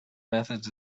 methods